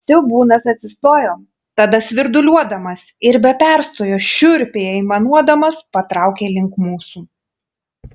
siaubūnas atsistojo tada svirduliuodamas ir be perstojo šiurpiai aimanuodamas patraukė link mūsų